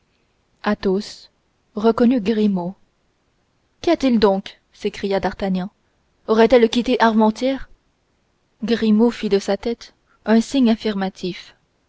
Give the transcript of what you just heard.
lèvres athos reconnut grimaud qu'y a-t-il donc s'écria d'artagnan aurait-elle quitté armentières grimaud fit de sa tête un signe affirmatif